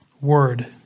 word